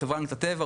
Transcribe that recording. לחברה להגנת הטבע,